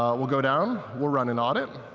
ah we'll go down, we'll run an audit.